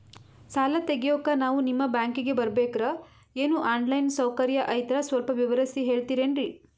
ಸಾಲ ತೆಗಿಯೋಕಾ ನಾವು ನಿಮ್ಮ ಬ್ಯಾಂಕಿಗೆ ಬರಬೇಕ್ರ ಏನು ಆನ್ ಲೈನ್ ಸೌಕರ್ಯ ಐತ್ರ ಸ್ವಲ್ಪ ವಿವರಿಸಿ ಹೇಳ್ತಿರೆನ್ರಿ?